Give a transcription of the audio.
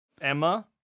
Emma